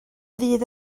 fydd